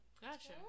Gotcha